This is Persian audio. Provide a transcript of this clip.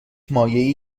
مایعی